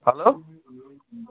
hello